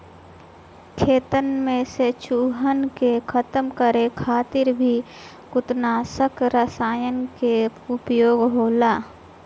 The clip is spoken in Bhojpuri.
खेतन में से चूहन के खतम करे खातिर भी कृतंकनाशक रसायन के उपयोग होला